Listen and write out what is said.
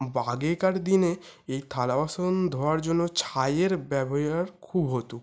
আগেকার দিনে এই থালাবাসন ধোওয়ার জন্য ছাইয়ের ব্যবহার খুব হতো